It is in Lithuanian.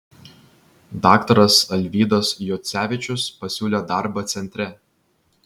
daktaras alvydas juocevičius pasiūlė darbą centre